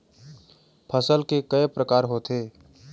फसल के कय प्रकार होथे?